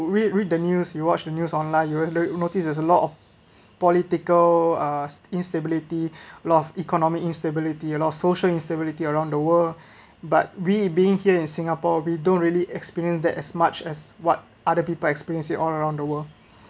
we read the news we watched the news online you will notice there's a lot of political uh instability loss economic instability and our social instability around the world but we being here in singapore we don't really experience that as much as what other people experiencing all around the world